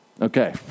Okay